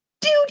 dude